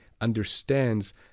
understands